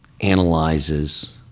analyzes